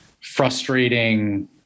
frustrating